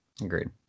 Agreed